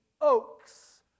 oaks